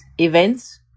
events